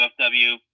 UFW